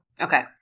Okay